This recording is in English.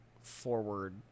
forward